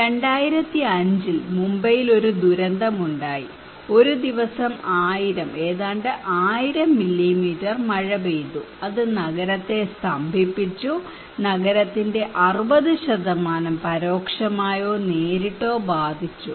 2005 ൽ മുംബൈയിൽ ഒരു ദുരന്തമുണ്ടായി ഒരു ദിവസം 1000 ഏതാണ്ട് 1000 മില്ലിമീറ്റർ മഴ പെയ്തു അത് നഗരത്തെ സ്തംഭിപ്പിച്ചു നഗരത്തിന്റെ 60 പരോക്ഷമായോ നേരിട്ടോ ബാധിച്ചു